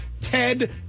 Ted